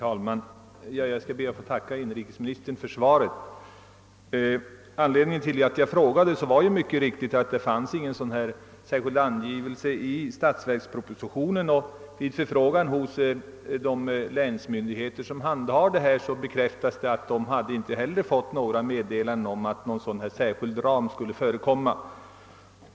Herr talman! Jag ber att få tacka inrikesministern för svaret på min fråga. Anledningen till denna var mycket riktigt att det inte i statsverkspropositionen fanns någon sådan särskild angivelse som den jag efterlyst. Vid förfrågan hos de länsmyndigheter som handhar dessa ärenden bekräftades att inte heller de fått något meddelande om att en särskild ram skulle förekomma.